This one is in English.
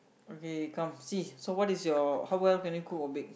okay come see so what is your how well can you cook or bake